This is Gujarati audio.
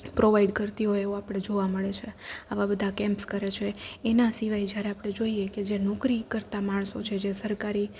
પ્રોવાઈડ કરતી હોય એવું આપણે જોવા મળે છે આવા બધા કેમ્પસ કરે છે એના સિવાય જ્યારે આપણે જોઈએ કે જે નોકરી કરતાં માણસો છે જે સરકારી